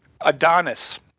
Adonis